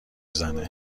زنه